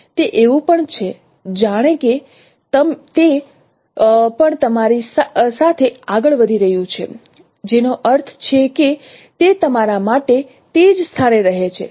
તે એવું પણ છે જાણે કે તે પણ તમારી સાથે આગળ વધી રહ્યું છે જેનો અર્થ છે કે તે તમારા માટે તે જ સ્થાને રહે છે